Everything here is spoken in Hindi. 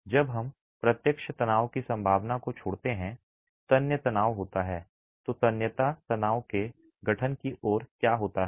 जब हम प्रत्यक्ष तनाव की संभावना को छोड़ते हैं तन्य तनाव होता है तो तन्यता तनाव के गठन की ओर क्या होता है